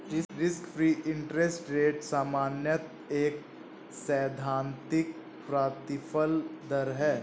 risk free interest rate सामान्यतः एक सैद्धांतिक प्रतिफल दर है